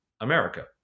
America